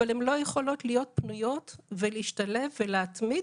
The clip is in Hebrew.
אבל הן לא יכולות להיות פנויות ולהשתלב ולהתמיד